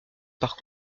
par